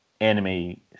anime